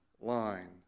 line